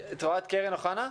שאנחנו קצת אורחים אצלך.